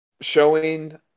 showing